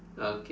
okay